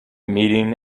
meeting